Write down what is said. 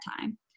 time